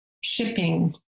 shipping